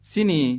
Sini